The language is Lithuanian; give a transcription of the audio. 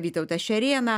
vytautą šerėną